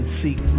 seek